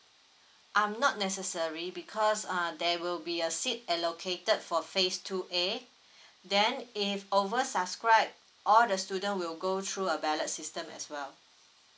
um not necessary because uh there will be a seat allocated for phrase two A then if over subscribe all the student will go through a ballot system as well